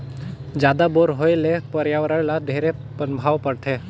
जादा बोर होए ले परियावरण ल ढेरे पनभाव परथे